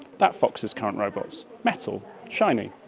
that foxes current robots. metal, shiny,